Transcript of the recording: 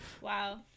Wow